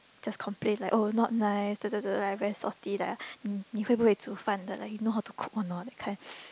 just complain like oh not nice da da da da like very salty like 你会不会厨饭的 like you know how to cook or not that kind